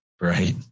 Right